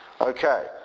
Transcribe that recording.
Okay